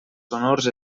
sonors